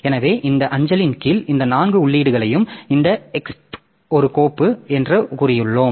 எனவே இந்த அஞ்சலின் கீழ் இந்த நான்கு உள்ளீடுகளையும் இந்த எக்ஸ்ப் ஒரு கோப்பு என்று கூறியுள்ளோம்